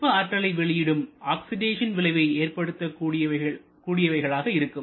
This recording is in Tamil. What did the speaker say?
வெப்ப ஆற்றலை வெளியிடும் ஆக்சிடேஷன் விளைவை ஏற்படுத்தக் கூடியவைகளாக இருக்கும்